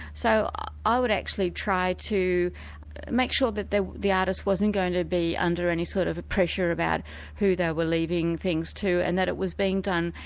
so i would actually try to make sure that the the artist wasn't going to be under any sort of a pressure about who they were leaving things to, and that it was being done,